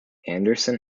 anderson